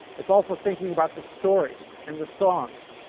its also thinking about the stories and the songs,